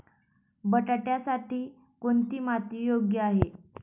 बटाट्यासाठी कोणती माती योग्य आहे?